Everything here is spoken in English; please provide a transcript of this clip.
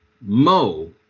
Mo